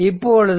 இப்பொழுது t0